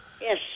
Yes